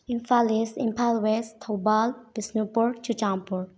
Imphal east Imphal west Thoubal Bishnupur Churachandpur